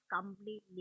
completely